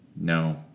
No